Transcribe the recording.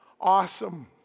awesome